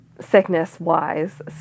sickness-wise